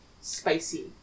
Spicy